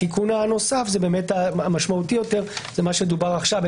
התיקון הנוסף המשמעותי יותר זה מה שדובר עכשיו,